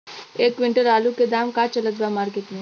एक क्विंटल आलू के का दाम चलत बा मार्केट मे?